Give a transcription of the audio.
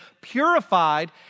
purified